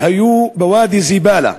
שהיו בוואדי זובאלה,